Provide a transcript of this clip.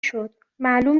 شد، معلوم